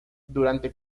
durante